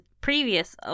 previous